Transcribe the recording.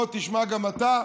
בוא תשמע גם אתה,